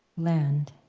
land